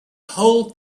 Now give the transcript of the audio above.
whole